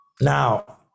Now